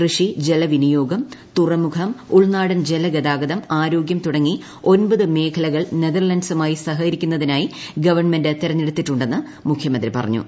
കൃഷി ജലവിനിയോഗം തുറമുഖം ഉൾനാടൻ ജലഗതാഗതം ആരോഗ്യം തുടങ്ങി ഒമ്പത് മേഖലകൾ നെതർലാന്റ്സുമായി സഹകരിക്കുന്നതിനായി ഗവൺമെന്റ് തിരഞ്ഞെടുത്തിട്ടുണ്ടെന്ന് മുഖ്യമന്ത്രി പറഞ്ഞു